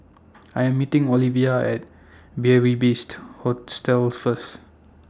I Am meeting Ovila At Beary Best Hostel First